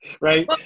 right